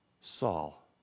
Saul